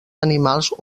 animals